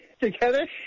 together